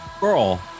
girl